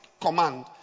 command